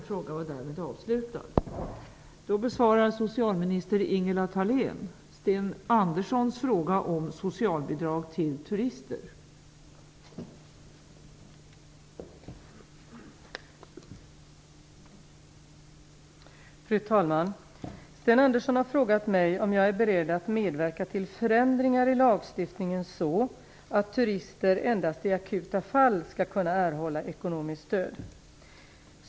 Fru talman! Sten Andersson har frågat mig om jag är beredd att medverka till förändringar i lagstiftningen så att turister endast i akuta fall skall kunna erhålla ekonomiskt stöd.